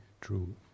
true